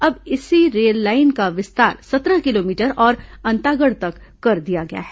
अब इसी रेललाइन का विस्तार सत्रह किलोमीटर और अंतागढ़ तक कर दिया गया है